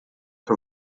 que